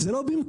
זה לא במקום,